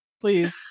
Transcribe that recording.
please